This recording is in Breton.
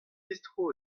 distro